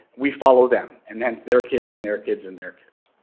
we follow them and thence their kids and their kids and their kids.